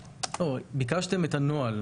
ביקשתם את הנוהל.